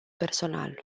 personal